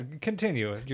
continue